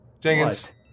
Jenkins